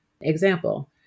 example